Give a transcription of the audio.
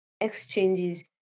exchanges